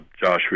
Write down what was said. Joshua